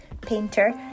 painter